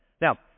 Now